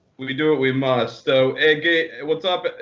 we we do what we must. so what's up,